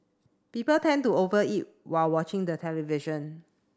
people tend to over eat while watching the television